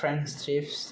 friends trips